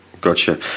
Gotcha